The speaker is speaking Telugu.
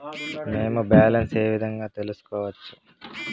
మేము బ్యాలెన్స్ ఏ విధంగా తెలుసుకోవచ్చు?